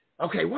Okay